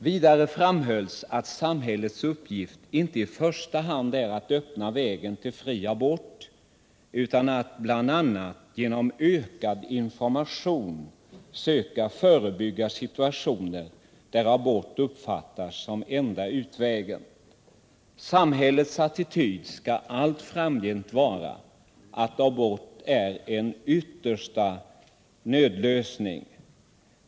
Vidare framhölls att samhällets uppgift inte i första hand är att öppna vägen till fri abort utan att bl.a. genom ökad information söka förebygga situationer där abort uppfattas som enda utvägen. Samhällets attityd skall allt framgent vara att abort är en yttersta nödlösning.